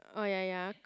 oh ya ya